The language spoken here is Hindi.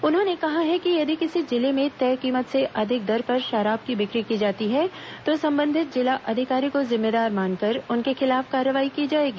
उन्होंने कहा कि यदि किसी जिले में तय कीमत से अधिक दर पर शराब की बिक्र ी की जाती है तो संबंधित जिला अधिकारी को जिम्मेदार मानकर उनके खिलाफ कार्रवाई की जाएगी